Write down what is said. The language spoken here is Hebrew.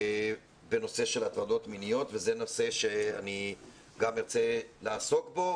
בנושא של הטרדות מיניות וזה נושא שאני גם ארצה לעסוק בו,